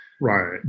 Right